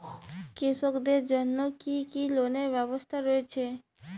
কৃষকদের জন্য কি কি লোনের ব্যবস্থা রয়েছে?